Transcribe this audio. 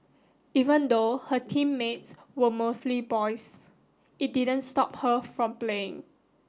even though her teammates were mostly boys it didn't stop her from playing